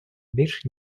більш